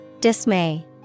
Dismay